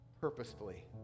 purposefully